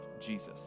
Jesus